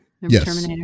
Yes